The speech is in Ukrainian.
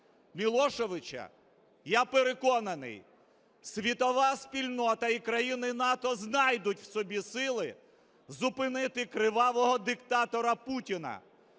Мілошевича, я переконаний, світова спільнота і країни НАТО знайдуть в собі сили зупинити кривавого диктатора Путіна,